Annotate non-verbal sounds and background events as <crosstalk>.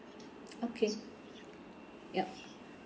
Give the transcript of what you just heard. <noise> okay <noise> yup